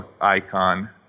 icon